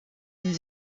une